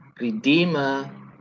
redeemer